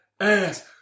ass